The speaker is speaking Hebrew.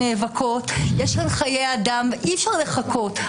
נאבקות, יש כאן חיי אדם ואי-אפשר לחכות.